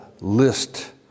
list